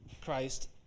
Christ